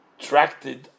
Tracted